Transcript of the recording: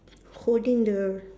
holding the